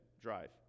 drive